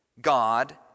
God